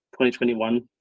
2021